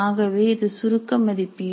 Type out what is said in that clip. ஆகவே இது சுருக்க மதிப்பீடு